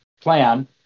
plan